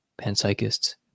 panpsychists